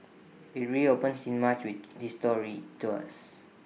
IT reopens in March with history tours